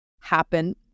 happen